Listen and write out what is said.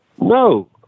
no